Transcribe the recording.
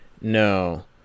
No